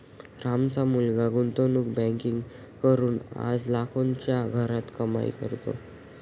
रामचा मुलगा गुंतवणूक बँकिंग करून आज लाखोंच्या घरात कमाई करतोय